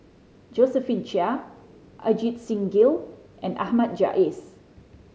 Josephine Chia Ajit Singh Gill and Ahmad Jais